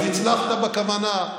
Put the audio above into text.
אז הצלחת בכוונה.